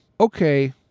okay